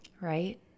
right